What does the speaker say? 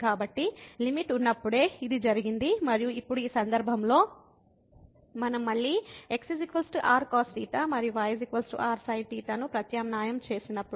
కాబట్టి లిమిట్ ఉన్నప్పుడే ఇది జరిగింది మరియు ఇప్పుడు ఈ సందర్భంలో మనం మళ్ళీ x r cos θ మరియు y rsinθ ను ప్రత్యామ్నాయం చేసినప్పుడు